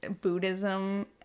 Buddhism